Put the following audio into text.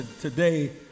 today